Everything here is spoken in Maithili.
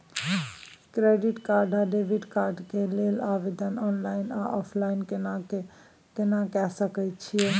क्रेडिट कार्ड आ डेबिट कार्ड के लेल आवेदन ऑनलाइन आ ऑफलाइन केना के सकय छियै?